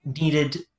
needed